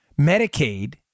Medicaid